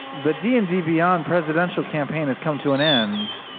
the d and d beyond presidential campaign has come to an end.